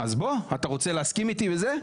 אז בוא, אתה רוצה להסכים איתי וזה?